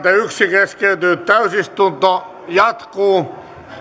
keskeytynyt täysistunto jatkuu